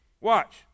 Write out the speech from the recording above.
Watch